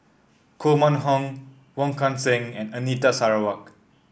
Koh Mun Hong Wong Kan Seng and Anita Sarawak